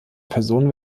person